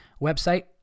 website